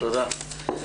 תודה.